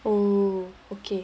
oh okay